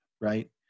right